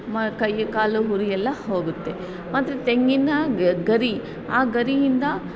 ನಮ್ಮ ಕೈ ಕಾಲು ಉರಿಯೆಲ್ಲಾ ಹೋಗುತ್ತೆ ಮಾತ್ರ ತೆಂಗಿನ ಗರಿ ಆ ಗರಿಯಿಂದ